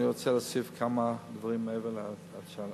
אני רוצה להוסיף כמה דברים מעבר לשאלה.